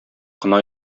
кына